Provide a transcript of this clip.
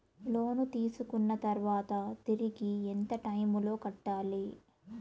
లోను తీసుకున్న తర్వాత తిరిగి ఎంత టైములో కట్టాలి